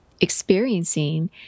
experiencing